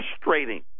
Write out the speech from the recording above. frustrating